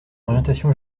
orientation